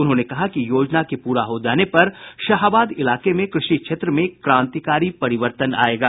उन्होंने कहा कि योजना के पूरा हो जाने पर शाहाबाद इलाके में कृषि क्षेत्र में क्रांतिकारी परिवर्तन आयेगा